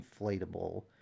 inflatable